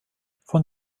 von